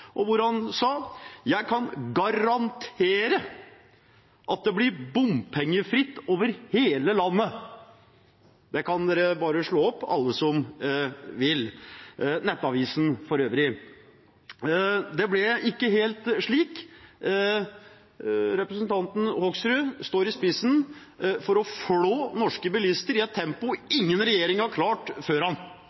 Han sa: «Jeg kan garantere at det blir bompengefritt over hele landet.» Det kan dere bare slå opp, alle som vil – Nettavisen, for øvrig. Det ble ikke helt slik. Representanten Hoksrud står i spissen for å flå norske bilister i et tempo ingen regjering har klart før